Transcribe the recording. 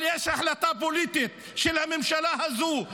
אבל יש החלטה פוליטית של הממשלה הזו,